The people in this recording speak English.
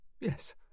Yes